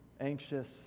anxious